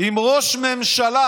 עם ראש ממשלה,